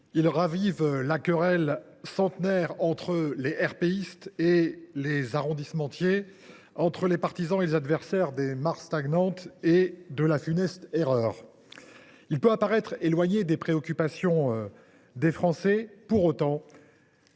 Il ravive la querelle centenaire entre « erpéistes » et « arrondissementiers », entre les partisans et les adversaires des « mares stagnantes » et de la « funeste erreur ». S’il peut paraître éloigné des préoccupations des Français, ce débat